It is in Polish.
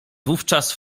wówczas